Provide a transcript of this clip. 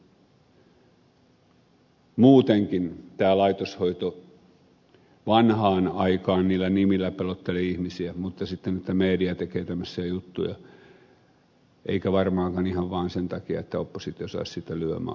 sitten tietysti muutenkin tämä laitoshoito vanhaan aikaan niillä nimillä pelotteli ihmisiä mutta sitten media tekee tämmöisiä juttuja eikä varmaankaan ihan vaan sen takia että oppositio saisi siitä lyömäaseen